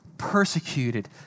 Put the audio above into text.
persecuted